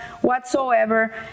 whatsoever